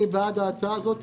אני בעד ההצעה הזאת,